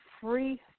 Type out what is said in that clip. free